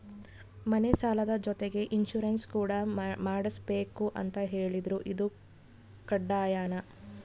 ಮನೆ ಸಾಲದ ಜೊತೆಗೆ ಇನ್ಸುರೆನ್ಸ್ ಕೂಡ ಮಾಡ್ಸಲೇಬೇಕು ಅಂತ ಹೇಳಿದ್ರು ಇದು ಕಡ್ಡಾಯನಾ?